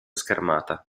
schermata